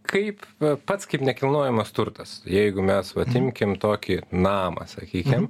kaip pats kaip nekilnojamas turtas jeigu mes vat imkim tokį namą sakykim